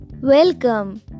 Welcome